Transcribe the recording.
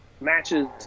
matches